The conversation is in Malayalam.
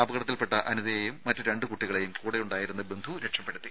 അപകടത്തിൽപ്പെട്ട അനിതയെയും മറ്റ് രണ്ട് കുട്ടികളേയും കൂടെയുണ്ടായിരുന്ന ബന്ധു രക്ഷപ്പെടുത്തി